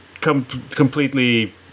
completely